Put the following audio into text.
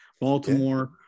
Baltimore